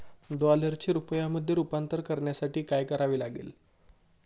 डॉलरचे रुपयामध्ये रूपांतर करण्यासाठी काय करावे लागेल?